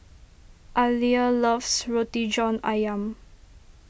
Aleah loves Roti John Ayam